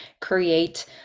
create